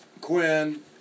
Quinn